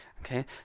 Okay